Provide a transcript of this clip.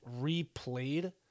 replayed